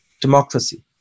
democracy